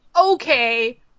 Okay